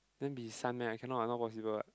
then be son meh I cannot I not possible [what]